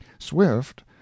swift